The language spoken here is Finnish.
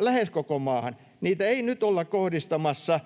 lähes koko maahan. Niitä ei nyt olla kohdistamassa